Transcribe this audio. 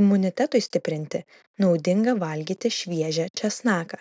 imunitetui stiprinti naudinga valgyti šviežią česnaką